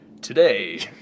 Today